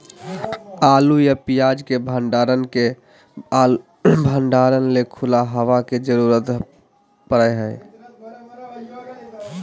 आलू या प्याज के भंडारण ले खुला हवा के जरूरत पड़य हय